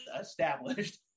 established